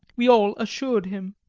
we all assured him.